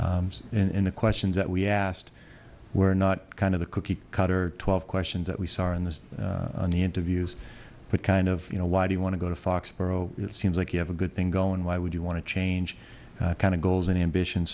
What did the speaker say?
attorney in the questions that we asked were not kind of the cookie cutter twelve questions that we saw in the in the interviews but kind of you know why do you want to go to foxborough seems like you have a good thing going why would you want to change kind of goals and ambitions